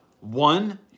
one